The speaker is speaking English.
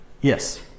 Yes